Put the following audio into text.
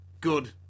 good